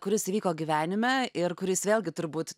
kuris įvyko gyvenime ir kuris vėlgi turbūt